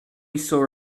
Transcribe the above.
saw